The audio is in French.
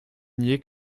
nier